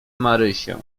marysię